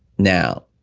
now,